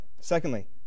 Secondly